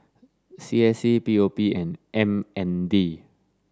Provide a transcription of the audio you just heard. C S C P O P and M N D